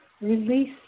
Release